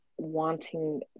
wanting